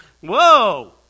Whoa